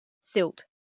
silt